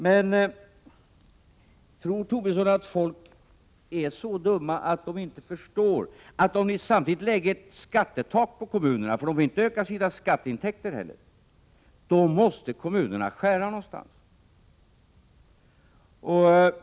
Men tror Lars Tobisson att människor är så dumma att de inte förstår att om ni samtidigt lägger ett skattetak på kommunerna — för de får inte öka sina skatteintäkter heller — måste kommunerna skära någonstans.